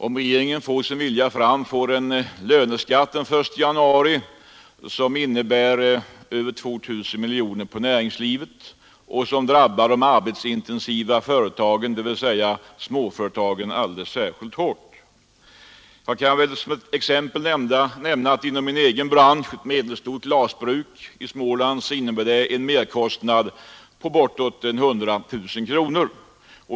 Om regeringen får sin vilja fram blir det den 1 januari en skatt på över 2 000 miljoner kronor för näringslivet. Den drabbar de arbetsintensiva företagen, dvs. småföretagen, alldeles särskilt hårt. Jag kan ta ett exempel från min egen bransch. För ett medelstort glasbruk i Småland innebär detta en merkostnad på bortåt 100 000 kronor.